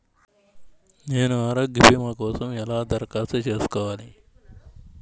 నేను ఆరోగ్య భీమా కోసం ఎలా దరఖాస్తు చేసుకోవాలి?